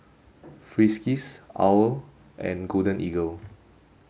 Friskies OWL and Golden Eagle